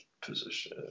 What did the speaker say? position